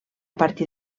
partir